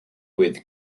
with